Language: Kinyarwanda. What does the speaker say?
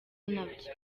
nabyo